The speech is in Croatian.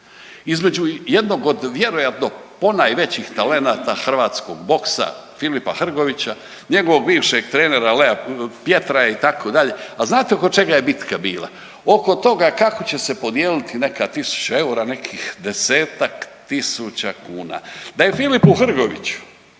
između jednog od vjerojatno ponajvećih talenata hrvatskog boksa Filipa Hrgovića i njegovog bivšeg trenera Lea Pjetra itd., a znate oko čega je bitka bila, oko toga kako će se podijeliti neka tisuća eura, nekih desetak tisuća kuna. Da je Filipu Hrgoviću